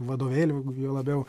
vadovėlių juo labiau